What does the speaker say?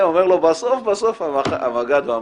בסוף בסוף אומרים לו המג"ד והמח"ט: